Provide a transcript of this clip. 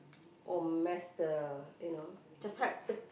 or mess the you know just help the